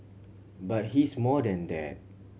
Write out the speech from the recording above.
but he's more than that